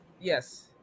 Yes